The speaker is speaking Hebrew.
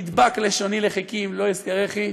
תדבק לשוני לחכי אם לא אזכרכי,